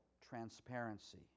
transparency